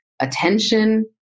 attention